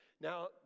Now